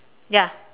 ya